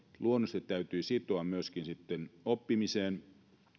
luonnollisesti se täytyy sitoa myöskin sitten oppimiseen